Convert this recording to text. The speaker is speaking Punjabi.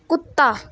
ਕੁੱਤਾ